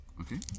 Okay